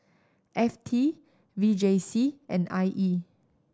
F T V J C and I E